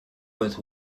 with